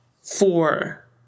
four